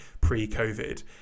pre-COVID